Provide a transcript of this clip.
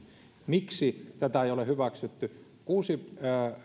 miksi tätä ei ole hyväksytty kuusi